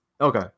Okay